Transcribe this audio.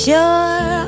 Sure